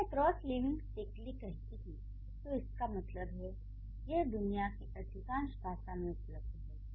जब मैं क्रॉसलिंग्विस्टिकली कहती हूँ तो इसका मतलब है यह दुनिया की अधिकांश भाषाओं में उपलब्ध है